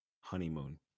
honeymoon